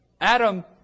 Adam